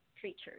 creatures